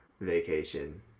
vacation